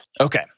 Okay